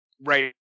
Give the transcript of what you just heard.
right